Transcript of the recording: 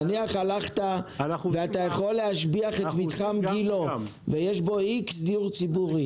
נניח שאתה יכול להשביח את מתחם גילה שיש בו X דיור ציבור,